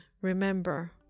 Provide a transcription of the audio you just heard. remember